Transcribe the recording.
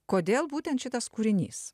kodėl būtent šitas kūrinys